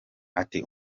ati